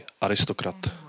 aristokrat